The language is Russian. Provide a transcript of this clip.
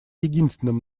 единственным